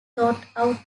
throughout